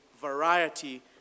variety